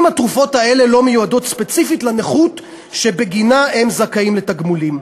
התרופות האלה לא מיועדות ספציפית לנכות שבגינה הם זכאים לתגמולים.